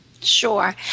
Sure